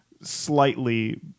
slightly